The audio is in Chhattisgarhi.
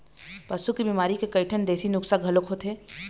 पशु के बिमारी के कइठन देशी नुक्सा घलोक होथे